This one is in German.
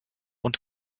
und